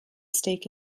steak